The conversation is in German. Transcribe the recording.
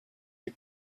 die